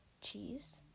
cheese